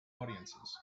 audiences